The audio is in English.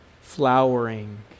flowering